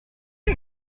you